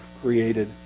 created